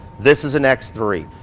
this is an x three.